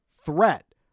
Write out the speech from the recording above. threat